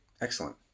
Excellent